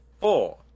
four